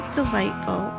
delightful